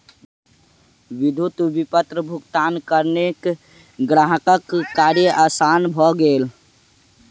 विद्युत विपत्र भुगतानक कारणेँ ग्राहकक कार्य आसान भ गेल